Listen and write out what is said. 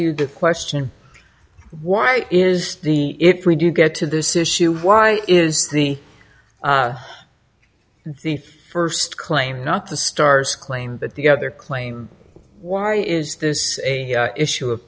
you that question why is the if we do get to this issue why is the the first claim not the stars claim that the other claim why is this an issue of